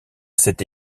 cette